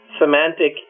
semantic